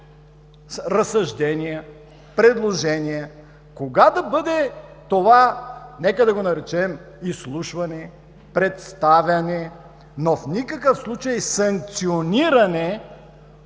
разсъждения, предложения кога да бъде това, нека да го наречем изслушване, представяне, но в никакъв случай санкциониране